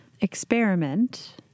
experiment